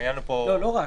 לא רק.